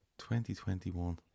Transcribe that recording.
2021